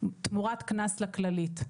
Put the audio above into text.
תמורת קנס לכללית.